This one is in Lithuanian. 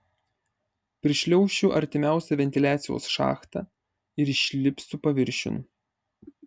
prišliaušiu artimiausią ventiliacijos šachtą ir išlipsiu paviršiun